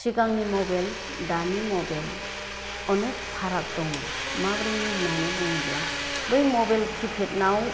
सिगांनि मबेल दानि मबेल अनेक फाराग दङ माब्रैनि होन्नानै बुङोब्ला बै मबेल किपेतनाव